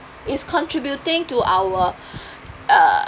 it's contributing to our uh